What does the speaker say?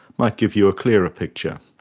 might give you clearer picture.